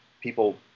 people